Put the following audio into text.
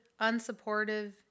unsupportive